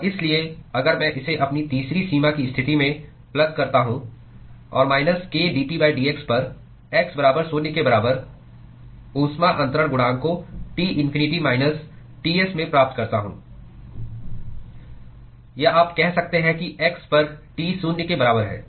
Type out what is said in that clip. और इसलिए अगर मैं इसे अपनी तीसरी सीमा की स्थिति में प्लग करता हूं और माइनस k dTdx पर x बराबर शून्य के बराबर ऊष्मा अन्तरण गुणांक को T इन्फिनिटी माइनस Ts में प्राप्त करता हूं या आप कह सकते हैं कि x पर T शून्य के बराबर है